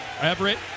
Everett